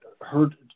heard